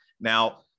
Now